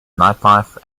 nightlife